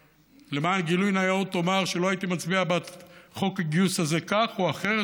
למען גילוי נאות אומר שלא הייתי מצביע בעד חוק הגיוס הזה כך או אחרת,